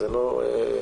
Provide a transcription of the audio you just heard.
זה לא קשור.